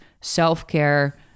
self-care